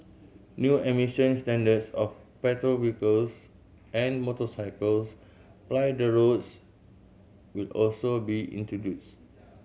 new emission standards of petrol vehicles and motorcycles ply the roads will also be introduced